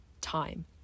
time